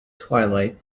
twilight